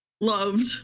loved